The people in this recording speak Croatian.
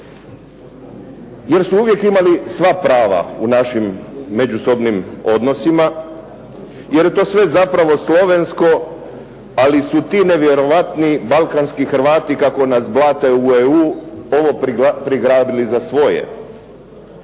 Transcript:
Jer su imali uvijek sva prava u našim međusobnim odnosima, jer je to zapravo sve slovensko, ali su ti nevjerojatni Balkanski Hrvati kako nas blate u EU ovo prigrabili za svoje.